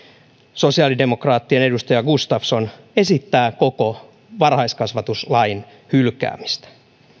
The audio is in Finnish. sosiaalidemokraattien edustaja gustafsson esittää koko varhaiskasvatuslain hylkäämistä